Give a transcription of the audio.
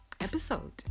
episode